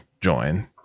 join